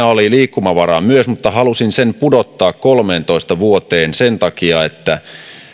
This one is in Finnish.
oli liikkumavaraa myös mutta halusin sen pudottaa kolmeentoista vuoteen sen takia että